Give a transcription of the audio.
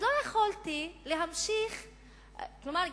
כלומר,